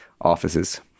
offices